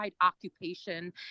occupation